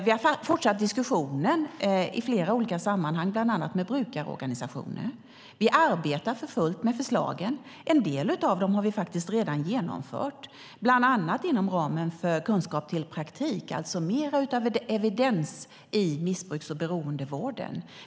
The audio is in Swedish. Vi har fortsatt diskussionen i flera olika sammanhang, bland annat med brukarorganisationer. Vi arbetar för fullt med förslagen, och en del av dem har vi redan genomfört, bland annat inom ramen för Kunskap till praktik, alltså mer av evidens i missbruks och beroendevården.